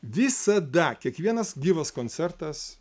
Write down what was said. visada kiekvienas gyvas koncertas